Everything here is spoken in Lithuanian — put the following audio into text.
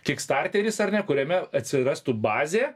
kik starteris ar ne kuriame atsirastų bazė